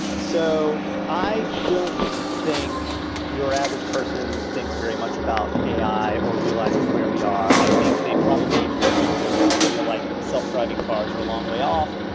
so i don't think your average person thinks very much about a i. or realizes where we are. i think they probably even still feel like self-driving cars are a long way off,